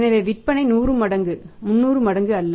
எனவே விற்பனை 100 மடங்கு 300 மடங்கு அல்ல